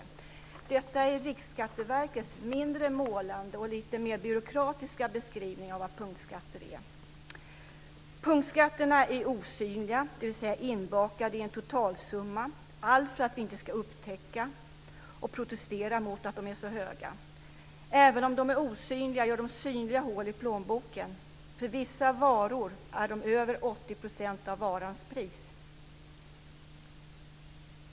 Detta är Riksskatteverkets mindre målande och lite mer byråkratiska beskrivning av vad punktskatter är. Punktskatterna är osynliga, dvs. inbakade i en totalsumma - allt för att vi inte ska upptäcka dem och protestera mot att de är så höga. Även om de är osynliga gör de synliga hål i plånboken. För vissa varor är de över 80 % av varans pris.